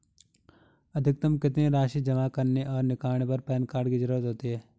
अधिकतम कितनी राशि जमा करने और निकालने पर पैन कार्ड की ज़रूरत होती है?